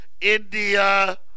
India